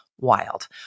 Wild